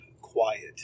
quiet